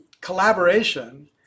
collaboration